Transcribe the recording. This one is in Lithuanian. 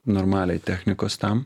normaliai technikos tam